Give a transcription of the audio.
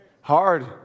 hard